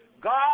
God